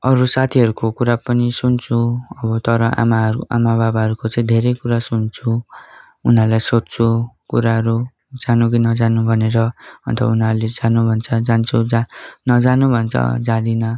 अरू साथीहरूको कुरा पनि सुन्छु अब तर आमाहरू आमा बाबाहरूको चाहिँ धेरै कुरा सुन्छु उनीहरूलाई सोध्छु कुराहरू जानु कि नजानु भनेर अन्त उनीहरूले जानु भन्छ जान्छु जहाँ नजानु भन्छ जादिनँ